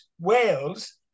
Wales